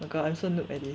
my god I'm so noob at this